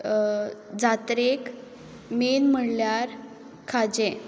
जात्रेक मेन म्हणल्यार खाजें